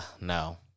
no